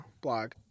blog